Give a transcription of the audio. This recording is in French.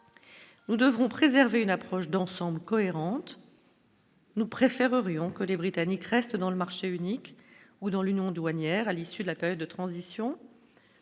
Nous devons préserver une approche d'ensemble cohérente. Nous préférerions que les Britanniques restent dans le marché unique, ou dans l'union douanière à l'issue de la période de transition.